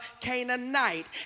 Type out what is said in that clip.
Canaanite